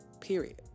Period